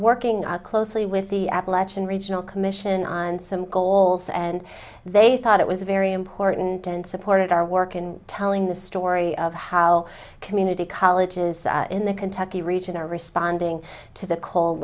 working closely with the appalachian regional commission on some goals and they thought it was very important and supported our work in telling the story of how community colleges in the kentucky region are responding to the co